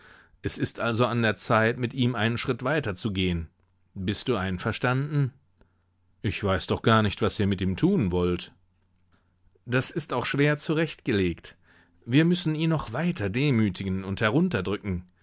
es ist also an der zeit mit ihm einen schritt weiter zu gehen bist du einverstanden ich weiß doch noch gar nicht was ihr mit ihm tun wollt das ist auch schwer zurecht gelegt wir müssen ihn noch weiter demütigen und